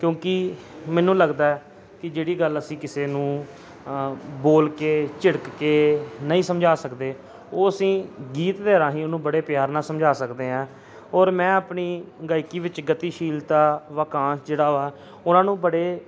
ਕਿਉਂਕਿ ਮੈਨੂੰ ਲੱਗਦਾ ਕਿ ਜਿਹੜੀ ਗੱਲ ਅਸੀਂ ਕਿਸੇ ਨੂੰ ਬੋਲ ਕੇ ਝਿੜਕ ਕੇ ਨਹੀਂ ਸਮਝਾ ਸਕਦੇ ਉਹ ਅਸੀਂ ਗੀਤ ਦੇ ਰਾਹੀਂ ਉਹਨੂੰ ਬੜੇ ਪਿਆਰ ਨਾਲ ਸਮਝਾ ਸਕਦੇ ਹਾਂ ਔਰ ਮੈਂ ਆਪਣੀ ਗਾਇਕੀ ਵਿੱਚ ਗਤੀਸ਼ੀਲਤਾ ਵਾਕਾਂਸ਼ ਜਿਹੜਾ ਵਾ ਉਹਨਾਂ ਨੂੰ ਬੜੇ